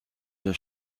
der